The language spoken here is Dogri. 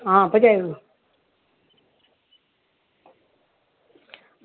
हां ते